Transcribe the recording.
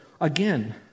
again